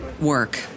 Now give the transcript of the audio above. work